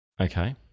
okay